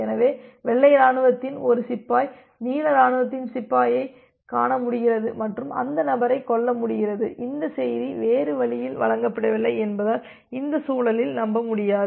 எனவே வெள்ளை இராணுவத்தின் ஒரு சிப்பாய் நீல இராணுவத்தின் சிப்பாயை காண முடிகிறது மற்றும் அந்த நபரைக் கொல்ல முடிகிறது இந்த செய்தி வேறு வழியில் வழங்கப்படவில்லை என்பதால் இந்த சூழல் நம்பமுடியாதது